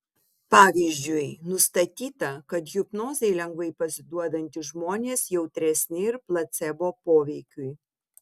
pavyzdžiui nustatyta kad hipnozei lengvai pasiduodantys žmonės jautresni ir placebo poveikiui